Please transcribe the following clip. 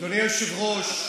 אדוני היושב-ראש,